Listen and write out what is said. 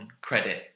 credit